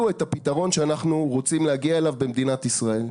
את הפתרון שאנחנו רוצים להגיע אליו במדינת ישראל.